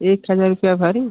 एक हजार रुपया भारी